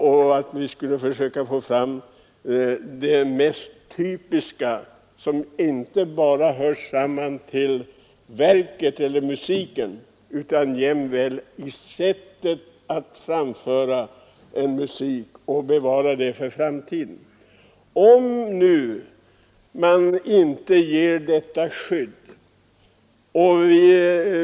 Man söker där få fram det mest typiska, som inte bara hör samman med respektive verk utan jämväl med sättet att framföra det, så att vi kan bevara kunskapen åt framtiden.